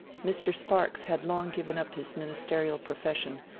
mr. sparks had long given up his ministerial profession,